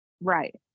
Right